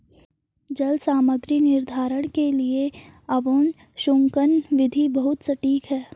जल सामग्री निर्धारण के लिए ओवन शुष्कन विधि बहुत सटीक है